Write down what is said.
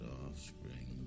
offspring